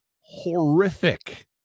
horrific